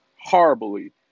horribly